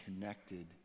connected